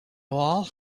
all